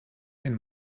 and